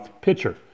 pitcher